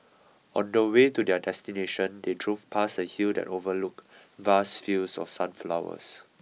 on the way to their destination they drove past a hill that overlooked vast fields of sunflowers